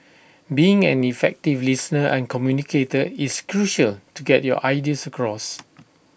being an effective listener and communicator is crucial to get your ideas across